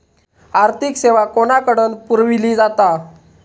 आर्थिक सेवा कोणाकडन पुरविली जाता?